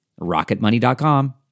Rocketmoney.com